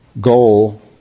goal